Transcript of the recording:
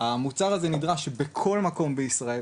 המוצר הזה נדרש בכל מקום בישראל,